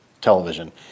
television